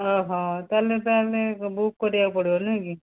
ଓହୋ ତା'ହେଲେ ତା'ହେଲେ ବୁକ୍ କରିବାକୁ ପଡ଼ିବ ନୁହେଁକି